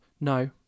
no